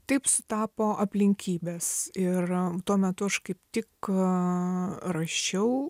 taip sutapo aplinkybės ir tuo metu aš kaip tik rašiau